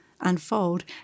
unfold